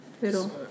pero